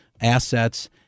assets